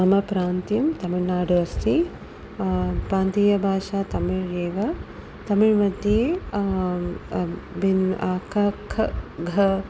मम प्रान्तं तमिल्नाडुः अस्ति प्रान्तीया भाषा तमिळेव तमिळ्मध्ये भिन्न क ख घ